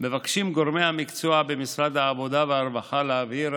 מבקשים גורמי המקצוע במשרד העבודה והרווחה להבהיר,